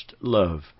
love